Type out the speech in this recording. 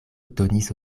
donis